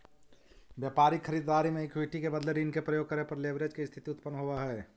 व्यापारिक खरीददारी में इक्विटी के बदले ऋण के प्रयोग करे पर लेवरेज के स्थिति उत्पन्न होवऽ हई